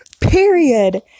Period